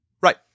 Right